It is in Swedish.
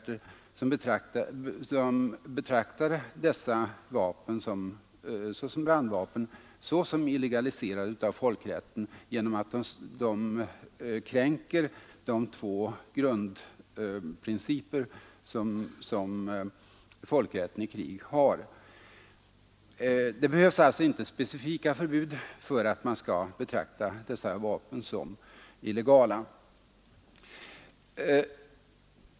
Det finns många folkrättsliga experter som betraktar dessa vapen, t.ex. brandvapen, som illegaliserade av folkrätten genom att de kränker de två grundprinciper som folkrätten i krig har. Det behövs alltså inte nödvändigtvis specifika förbud för att man skall betrakta dessa vapen som illegala.